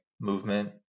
movement